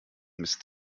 mist